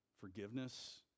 forgiveness